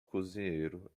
cozinheiro